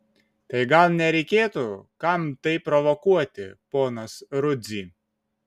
tai gal nereikėtų kam tai provokuoti ponas rudzy